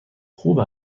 خوب